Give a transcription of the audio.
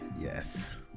Yes